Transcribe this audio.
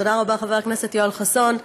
תודה רבה, חבר הכנסת יואל חסון.